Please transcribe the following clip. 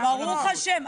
ברוך השם.